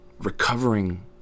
recovering